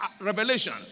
revelation